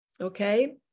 okay